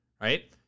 right